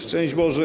Szczęść Boże!